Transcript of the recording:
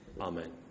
Amen